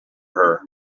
her